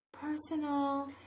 Personal